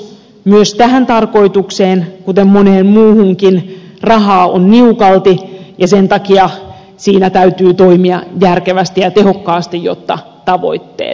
myös tähän tarkoitukseen kuten moneen muuhunkin rahaa on niukalti ja sen takia siinä täytyy toimia järkevästi ja tehokkaasti jotta tavoitteet saavutetaan